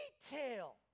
detail